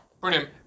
Brilliant